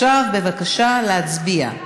בבקשה להצביע.